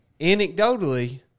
anecdotally